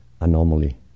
anomaly